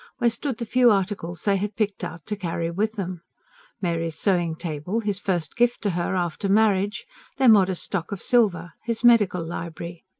where stood the few articles they had picked out to carry with them mary's sewing-table, his first gift to her after marriage their modest stock of silver his medical library.